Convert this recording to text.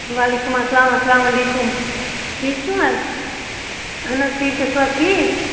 وعلیکُم السلام السلامُ علیکُم ٹھیٖک چھُو حظ اہن حظ ٹھیٖک تُہۍ چھُو حظ ٹھیٖک